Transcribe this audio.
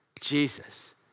Jesus